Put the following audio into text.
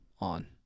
On